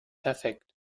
perfekt